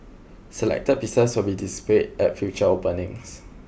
selected pieces will be displayed at future openings